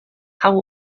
how